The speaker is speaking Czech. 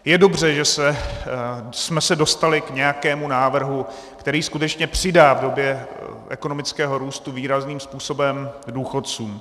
Je dobře, že jsme se dostali k nějakému návrhu, který skutečně přidá v době ekonomického růstu výrazným způsobem důchodcům.